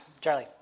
charlie